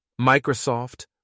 Microsoft